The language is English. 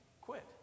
Quit